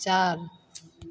चार